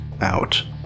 out